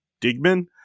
Digman